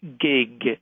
gig